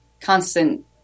constant